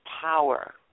power